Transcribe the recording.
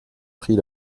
prit